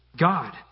God